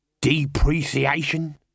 depreciation